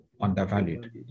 undervalued